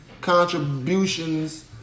contributions